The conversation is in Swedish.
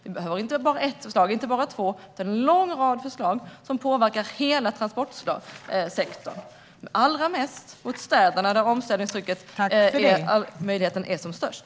Vi behöver inte bara ett eller två förslag utan en lång rad förslag som påverkar hela transportsektorn - och allra mest i städerna, där omställningsmöjligheten är som störst.